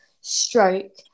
stroke